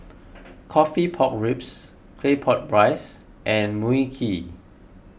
Coffee Pork Ribs Claypot Rice and Mui Kee